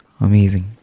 Amazing